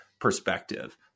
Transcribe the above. perspective